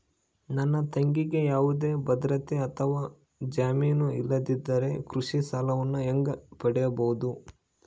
ನನ್ನ ತಂಗಿಗೆ ಯಾವುದೇ ಭದ್ರತೆ ಅಥವಾ ಜಾಮೇನು ಇಲ್ಲದಿದ್ದರೆ ಕೃಷಿ ಸಾಲವನ್ನು ಹೆಂಗ ಪಡಿಬಹುದು?